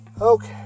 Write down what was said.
Okay